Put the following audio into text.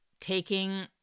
taking